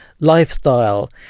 lifestyle